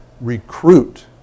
recruit